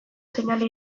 seinale